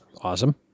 Awesome